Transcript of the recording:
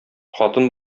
хатын